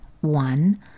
One